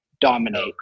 dominate